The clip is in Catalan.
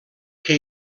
que